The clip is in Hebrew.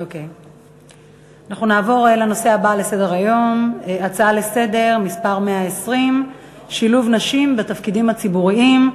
נעבור להצעה לסדר-היום מס' 120 בנושא: שילוב נשים בתפקידים ציבוריים.